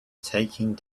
taking